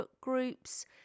groups